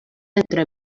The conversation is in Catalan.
entre